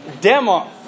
demo